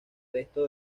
resto